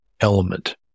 element